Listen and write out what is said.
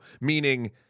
meaning